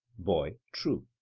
boy true.